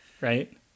right